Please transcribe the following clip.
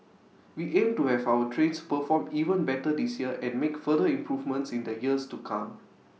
we aim to have our trains perform even better this year and make further improvements in the years to come